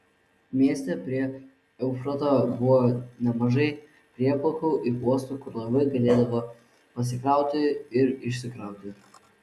mieste prie eufrato buvo nemažai prieplaukų ir uostų kur laivai galėdavo pasikrauti ir išsikrauti